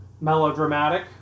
melodramatic